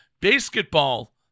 basketball